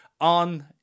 on